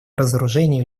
разоружению